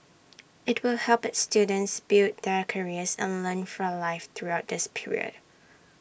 IT will help its students build their careers and learn for life throughout this period